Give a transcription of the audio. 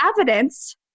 evidence